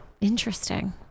Interesting